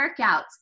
workouts